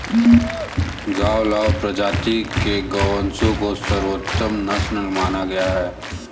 गावलाव प्रजाति के गोवंश को सर्वोत्तम नस्ल माना गया है